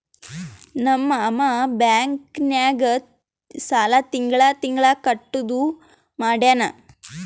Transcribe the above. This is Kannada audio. ನಮ್ ಮಾಮಾ ಬ್ಯಾಂಕ್ ನಾಗ್ ಸಾಲ ತಿಂಗಳಾ ತಿಂಗಳಾ ಕಟ್ಟದು ಮಾಡ್ಯಾನ್